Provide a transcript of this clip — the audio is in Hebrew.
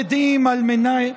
החרדים